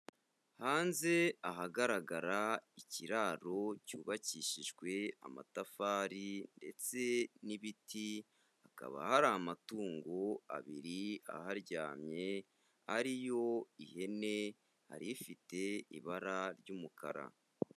Hanze ahagaragara ikiraro cyubakishijwe amatafari ndetse n'ibiti, hakaba hari amatungo abiri aharyamye ari yo ihene, hari ifite ibara ry'umukara.